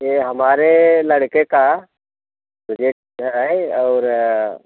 ये हमारे लड़के का प्रोजेक्ट है और